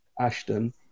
Ashton